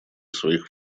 своих